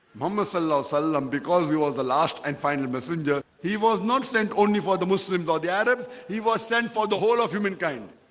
vamos a la salim because he was the last and final messenger he was not sent only for the muslims or the arabs he was sent for the whole of humankind